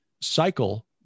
cycle